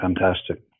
fantastic